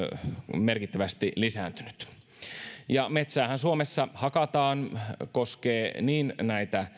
merkittävästi lisääntynyt ja metsäähän suomessa hakataan koskee niin näitä